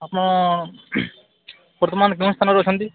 ଆପଣ ବର୍ତ୍ତମାନ କେଉଁ ସ୍ଥାନରେ ଅଛନ୍ତି